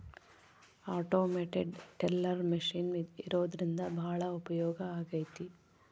automated teller machine ಇರೋದ್ರಿಂದ ಭಾಳ ಉಪಯೋಗ ಆಗೈತೆ